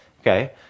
Okay